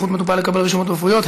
זכות מטופל לקבל רשומות רפואיות),